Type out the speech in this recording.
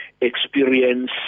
experience